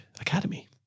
academy